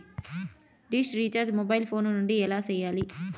dish recharge mobile phone నుండి ఎలా సేయాలి